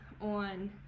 on